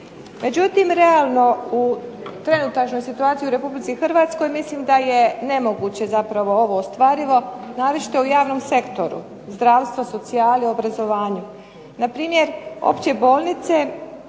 Međutim, realno u trenutačnoj situaciji u Republici Hrvatskoj mislim da je nemoguće ovo ostvarivo naročito u javnom sektoru zdravstvu, socijali, obrazovanju. Npr. opće bolnice,